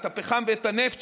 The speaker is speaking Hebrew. את הפחם ואת הנפט,